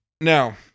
now